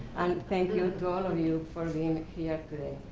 and thank you to all of you for being here today.